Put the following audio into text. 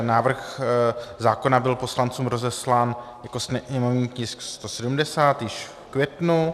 Návrh zákona byl poslancům rozeslán jako sněmovní tisk 170 již v květnu.